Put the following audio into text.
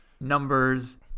numbers